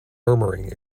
murmuring